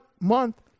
month